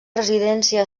residència